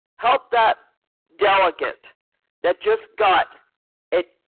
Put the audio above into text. help that delegate that just got it,